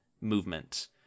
movement